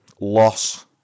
loss